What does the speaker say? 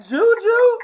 Juju